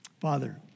Father